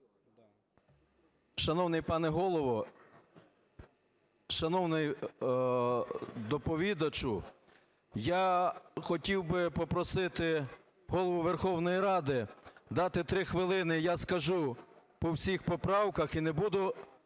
Шановний пане Голово, шановний доповідачу, я хотів би попросити Голову Верховної Ради дати три хвилини, я скажу по всіх поправках і не буду